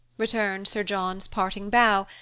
returned sir john's parting bow,